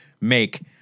make